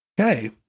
Okay